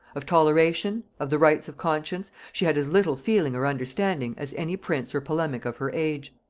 of toleration, of the rights of conscience, she had as little feeling or understanding as any prince or polemic of her age.